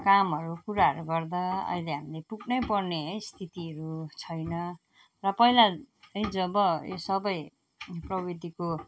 कामहरू कुराहरू गर्दा अहिले हामीले पुग्नु पर्ने है स्थितिहरू छैन र पहिला है जब यो सब प्रविधिको